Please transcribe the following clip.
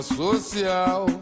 social